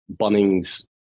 Bunnings